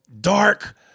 dark